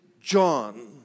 John